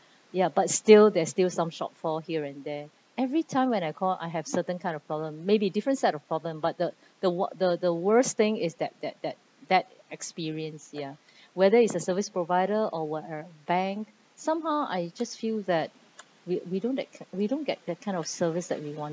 ya but still there's still some shortfall here and there every time when I call I have certain kind of problem maybe different set of problem but the the what the the worst thing is that that that that experience ya whether it's a service provider or whatever bank somehow I just feel that we we don't we don't get the kind of service that we wanted